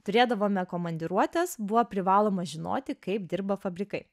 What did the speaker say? turėdavome komandiruotes buvo privaloma žinoti kaip dirba fabrikai